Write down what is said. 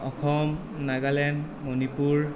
Assam Nagaland Manipur